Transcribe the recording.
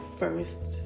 first